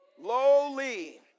lowly